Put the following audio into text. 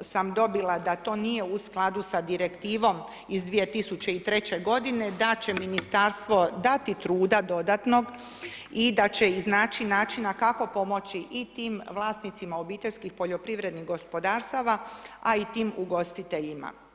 sam dobila da to nije u skladu sa Direktivom iz 2003. godine da će ministarstvo dati truda dodatnog i da će iznaći načina kako pomoći i tim vlasnicima obiteljskih poljoprivrednih gospodarstava a i tim ugostiteljima.